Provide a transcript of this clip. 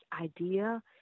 idea